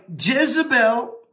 Jezebel